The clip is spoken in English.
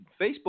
Facebook